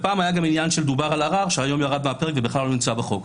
ופעם דובר על ערר שהיום ירד מהפרק ובכלל לא נמצא בחוק.